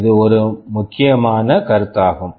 இது மிக முக்கியமான கருத்தாகும்